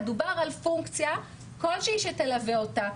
דובר על פונקציה כלשהי שתלווה אותה.